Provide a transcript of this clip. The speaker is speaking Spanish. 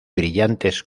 brillantes